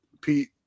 Pete